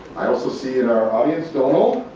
i also see in our audience, donal,